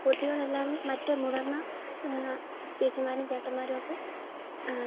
കുട്ടികളെ അല്ലാതെ മറ്റു മുതിർന്ന ചേച്ചിമാരും ചേട്ടന്മാരും ഒക്കെ